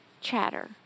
chatter